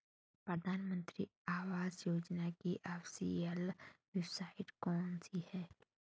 प्रधानमंत्री आवास योजना की ऑफिशियल वेबसाइट कौन सी है?